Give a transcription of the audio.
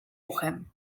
uchem